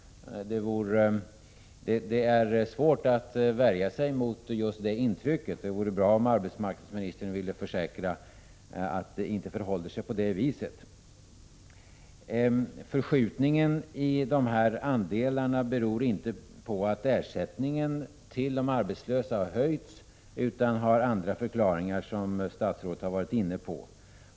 Det är svårt att värja sig mot just det intrycket, och det vore bra om arbetsmarknadsministern ville försäkra att det inte förhåller sig på det viset. Förskjutningen i de här andelarna beror inte på att ersättningen till de arbetslösa har höjts utan har andra förklaringar som statsrådet har varit inne på.